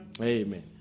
Amen